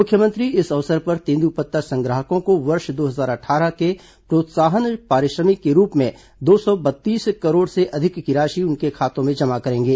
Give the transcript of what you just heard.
मुख्यमंत्री इस अवसर पर तेंद्रपत्ता संग्राहकों को वर्ष दो हजार अट्ठारह के प्रोत्साहन पारिश्रमिक के रूप में दो सौ बत्तीस करोड़ से अधिक की राशि उनके खातों में जमा करेंगे